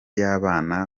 y’abana